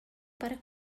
para